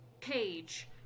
page